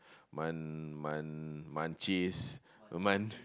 Man Man Man cheese Man